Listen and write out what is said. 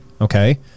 Okay